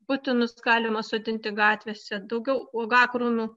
putinus galima sodinti gatvėse daugiau uogakrūmių